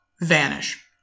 vanish